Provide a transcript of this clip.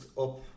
up